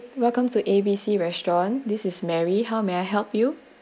welcome to A B C restaurant this is mary how may I help you